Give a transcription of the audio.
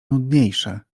nudniejsze